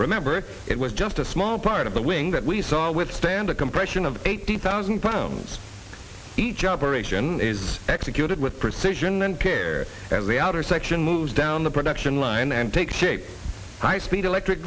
remember it was just a small part of the wing that we saw withstand a compression of eighty thousand pounds each operation is executed with precision and care as the outer section moves down the production line and take shape high speed electric